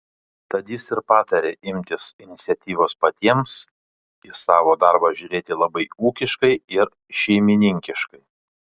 tad jis ir patarė imtis iniciatyvos patiems į savo darbą žiūrėti labai ūkiškai ir šeimininkiškai